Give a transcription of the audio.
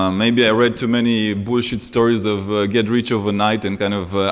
um maybe i read too many bullshit stories of get rich overnight and kind of,